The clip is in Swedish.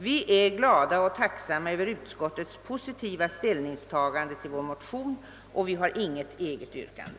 Vi är glada och tacksamma över utskottets positiva ställningstagande till vår motion och har inget eget yrkande.